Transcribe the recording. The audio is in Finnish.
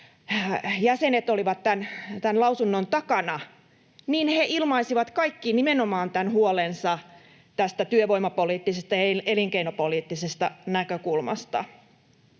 jäsenet olivat tämän lausunnon takana — niin he ilmaisivat kaikki nimenomaan huolensa tästä työvoimapoliittisesta ja elinkeinopoliittisesta näkökulmasta.